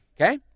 Okay